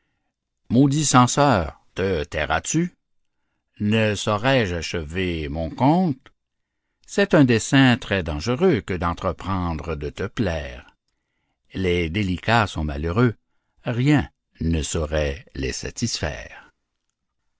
maudit censeur te tairas-tu ne saurais-je achever mon conte c'est un dessein très dangereux que d'entreprendre de te plaire les délicats sont malheureux rien ne saurait les satisfaire